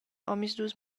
omisdus